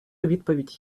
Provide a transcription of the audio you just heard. відповідь